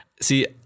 See